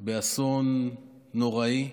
באסון נוראי.